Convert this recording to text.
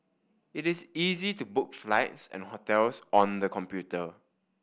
it is easy to book flights and hotels on the computer